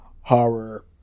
horror